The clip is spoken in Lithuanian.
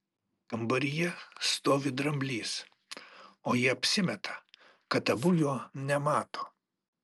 kambaryje stovi dramblys o jie apsimeta kad abu jo nemato